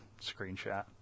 screenshot